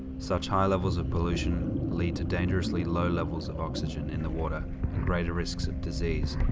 such high levels of pollution lead to dangerously low levels of oxygen in the water and greater risks of disease,